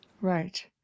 Right